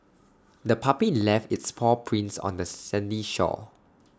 the puppy left its paw prints on the sandy shore